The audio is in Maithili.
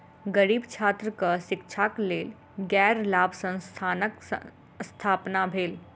गरीब छात्रक शिक्षाक लेल गैर लाभ संस्थानक स्थापना भेल